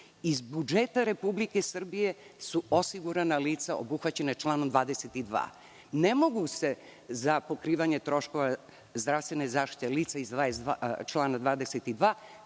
Iz budžeta Republike Srbije su osigurana lica obuhvaćena članom 22. Ne mogu se za pokrivanje troškova zdravstvene zaštite lica iz člana 22.